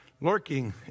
lurking